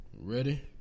Ready